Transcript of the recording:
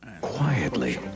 Quietly